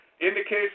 indicates